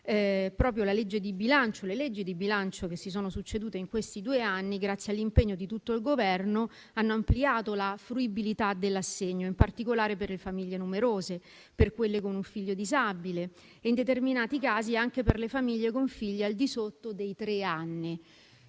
natalità. Le leggi di bilancio che si sono succedute negli ultimi due anni, grazie all'impegno di tutto l'Esecutivo, hanno ampliato la fruibilità dell'assegno, in particolare per le famiglie numerose, per quelle con un figlio disabile e, in determinati casi, anche per le famiglie con figli al di sotto dei tre anni.